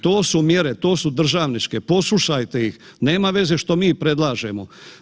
To su mjere, to su državničke, poslušajte ih, nema veze što mi predlažemo.